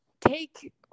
take